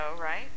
right